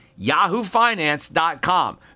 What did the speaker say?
yahoofinance.com